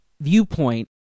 viewpoint